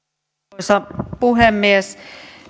arvoisa puhemies